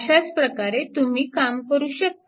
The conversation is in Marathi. अशाप्रकारे तुम्ही काम करू शकता